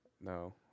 No